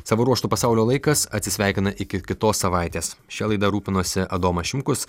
savo ruožtu pasaulio laikas atsisveikina iki kitos savaitės šia laida rūpinosi adomas šimkus